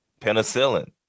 penicillin